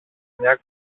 μια